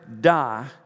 die